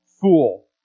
fool